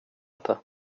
inte